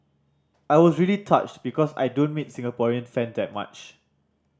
I was really touched because I don't meet Singaporean fan that much